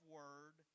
word